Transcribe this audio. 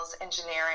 engineering